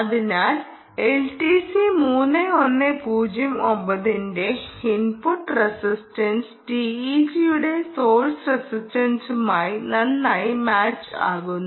അതിനാൽ എൽടിസി 3109 ന്റെ input resistance ടിഇജിയുടെ സോഴ്സ് റെസിസ്റ്റൻസുമായി നന്നായി മാച്ച് ആകുന്നു